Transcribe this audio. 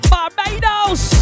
Barbados